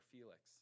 Felix